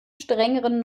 strengeren